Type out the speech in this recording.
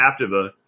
Captiva